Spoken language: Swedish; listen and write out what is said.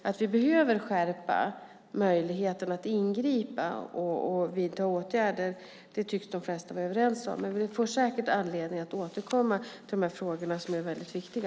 Att vi behöver öka möjligheterna att ingripa och vidta åtgärder tycks de flesta vara överens om. Vi får säkert anledning att återkomma till de här frågorna, som är väldigt viktiga.